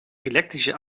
elektrische